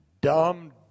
dumb